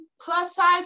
plus-size